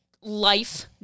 life